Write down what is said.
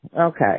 okay